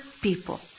people